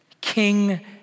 King